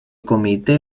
comitè